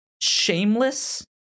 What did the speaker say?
Shameless